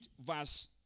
verse